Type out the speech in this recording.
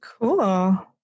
cool